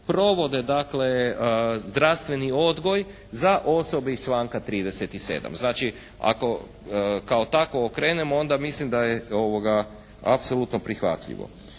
provode dakle zdravstveni odgoj za osobe iz članka 37. Znači, ako kao takovo krenemo onda mislim da je apsolutno prihvatljivo.